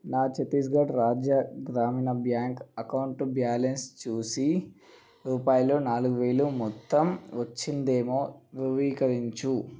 నా ఛత్తీస్ఘఢ్ రాజ్య గ్రామీణ బ్యాంక్ అకౌంటు బ్యాలన్స్ చూసి రూపాయలు నాలుగువేలు మొత్తం వచ్చిందేమో ధృవీకరించు